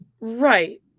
Right